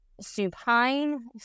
supine